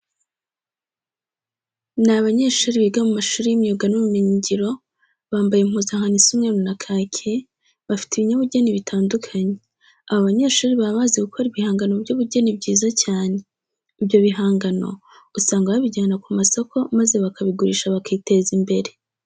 Ni abanyehuri biga mu mashuri y'imyuga n'ubumenyingiro, bambaye impuzankano isa umweru na kake, bafite ibinyabugeni bitandukanye. Aba banyeshuri baba bazi gukora ibihangano by'ubugeni byiza cyane. Ibyo bihangano usanga babijyana ku masoko maze bakabigurisha bakiteza imbrere.